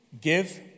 give